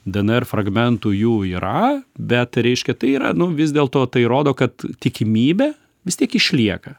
dnr fragmentų jų yra bet reiškia tai yra nu vis dėlto tai rodo kad tikimybė vis tiek išlieka